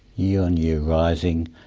year-on-year rising,